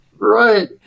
Right